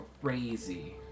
crazy